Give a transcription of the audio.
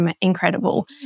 incredible